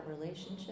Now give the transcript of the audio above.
relationship